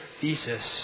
thesis